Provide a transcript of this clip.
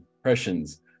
impressions